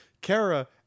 Kara